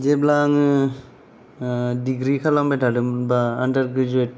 जेब्ला आङो डिग्रि खालामबाय थादोंमोन बा आन्दार ग्रेजुवेट